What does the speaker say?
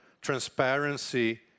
Transparency